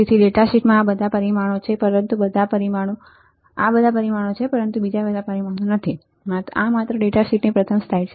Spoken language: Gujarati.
તેથી તે ડેટા શીટમાં આ બધા પરિમાણો છે પરંતુ બધા પરિમાણો નથી આ માત્ર ડેટા શીટની પ્રથમ સ્લાઇડ છે